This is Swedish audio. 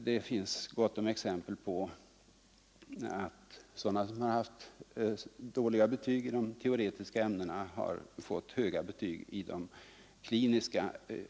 Det finns exempel på att sådana som har haft dåliga betyg i de teoretiska ämnena har fått höga betyg i de kliniska.